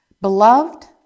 beloved